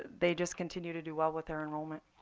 they just continue to do well with their enrollment.